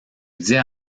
dit